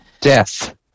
death